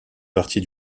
partie